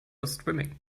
swimming